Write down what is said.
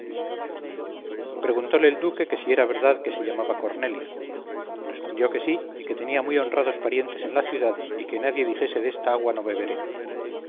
preguntóle el duque que si era verdad que se llamaba cornelia respondió que sí y que tenía muy honrados parientes en la ciudad y que nadie dijese desta agua no beberé